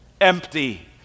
empty